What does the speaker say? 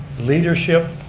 leadership,